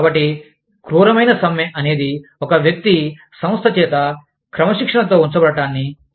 కాబట్టి క్రూరమైన సమ్మె అనేది ఒక వ్యక్తి సంస్థచేత క్రమశిక్షణతో ఉంచబడటాన్ని సూచిస్తుంది